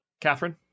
Catherine